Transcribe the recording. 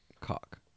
cock